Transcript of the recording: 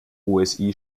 osi